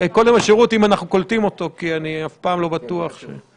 קודם השירות, כי אנחנו אף פעם לא קולטים אותו.